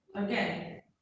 okay